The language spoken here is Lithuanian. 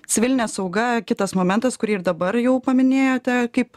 civilinė sauga kitas momentas kurį ir dabar jau paminėjote kaip